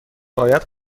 باید